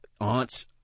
aunts